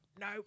no